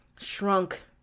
shrunk